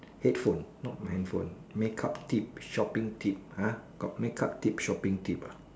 headphone not handphone makeup tip shopping tip !huh! got makeup tip shopping tip ah